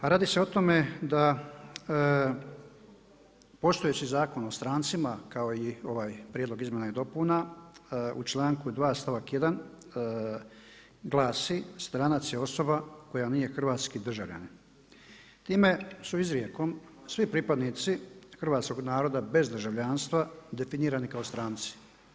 A radi se o tome da postojeći Zakon o strancima kao i ovaj prijedlog izmjena i dopuna u članku 2. stavak 1. glasi: „Stranac je osoba koja nije hrvatski državljanin.“ Time su izrijekom svi pripadnici hrvatskog naroda bez državljanstva definirani kao stranci.